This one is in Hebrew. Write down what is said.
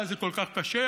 מה, זה כל כך קשה?